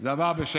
זה עבר בשקט.